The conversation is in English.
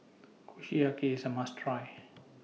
Kushiyaki IS A must Try